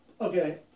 okay